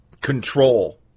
control